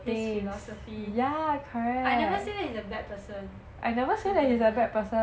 his philosophy I never say that he's a bad person